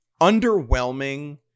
Underwhelming